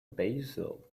basil